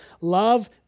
Love